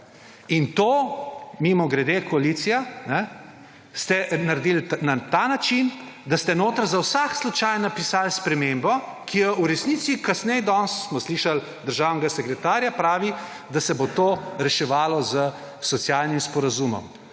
in to, mimogrede, koalicija, ste naredil na ta način, da ste noter za vsak slučaj napisal spremembo, ki jo v resnici, kasneje, danes smo slišal državnega sekretarja, pravi, da se bo to reševalo **95.